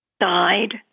died